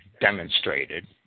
demonstrated